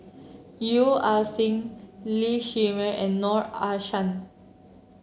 Yeo Ah Seng Lee Shermay and Noor Aishah